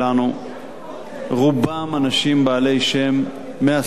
רובם אנשים בעלי שם מהשדה האקדמי,